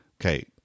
okay